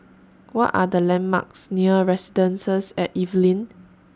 What Are The landmarks near Residences At Evelyn